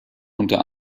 unter